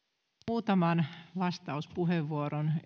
muutaman vastauspuheenvuoron